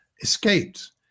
escaped